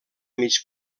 mig